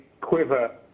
quiver